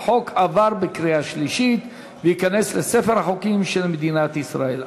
החוק עבר בקריאה שלישית וייכנס לספר החוקים של מדינת ישראל.